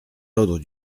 ordres